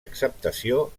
acceptació